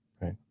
Right